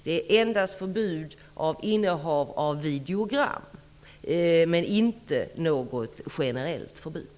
Det är möjligt att Ulla Pettersson, som hänvisat till denna lagstiftning, kan den bättre.